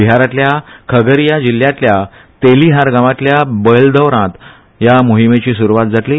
बिहारातल्या खगरीया जिल्हातल्या तेलीहार गावातल्या बेलदौरात ह्या मोहीमेची सुरवात जातली